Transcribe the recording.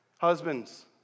Husbands